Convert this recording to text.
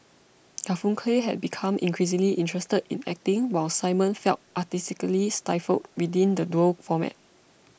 Garfunkel had become increasingly interested in acting while Simon felt artistically stifled within the duo format